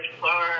far